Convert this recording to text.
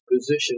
position